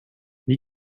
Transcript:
wie